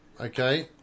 okay